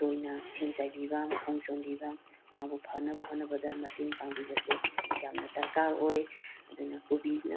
ꯇꯣꯏꯅ ꯏꯁꯤꯡ ꯆꯥꯏꯕꯤꯕ ꯃꯈꯣꯡ ꯁꯣꯝꯕꯤꯕ ꯃꯥꯕꯨ ꯐꯅꯕ ꯍꯣꯠꯅꯕꯗ ꯃꯇꯦꯡ ꯄꯥꯡꯕꯤꯕꯁꯦ ꯌꯥꯝꯅ ꯗꯔꯀꯥꯔ ꯑꯣꯏ ꯑꯗꯨꯅ ꯀꯣꯕꯤꯅ